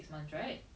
ya me